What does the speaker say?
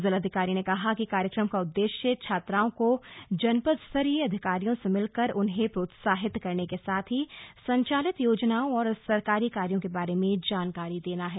जिलाधिकारी ने कहा कि कार्यक्रम का उद्देश्य छात्राओं को जनपदस्तरीय अधिकारियो से मिलकर उन्हें प्रोत्साहित करने के साथ ही संचालित योजनाओ और सरकारी कार्यों के बारे में जानकारी देना है